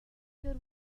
good